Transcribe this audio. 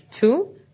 two